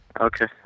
Okay